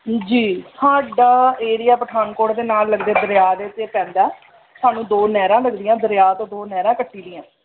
ਜੀ ਸਾਡਾ ਏਰੀਆ ਪਠਾਨਕੋਟ ਦੇ ਨਾਲ ਲੱਗਦੇ ਦਰਿਆ ਦੇ ਉੱਤੇ ਪੈਂਦਾ ਸਾਨੂੰ ਦੋ ਨਹਿਰਾਂ ਲੱਗਦੀਆਂ ਦਰਿਆ ਤੋਂ ਦੋ ਨਹਿਰਾਂ ਕੱਟੀ ਦੀਆਂ